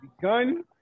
begun